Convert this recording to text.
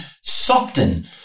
soften